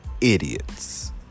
idiots